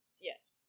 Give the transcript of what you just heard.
Yes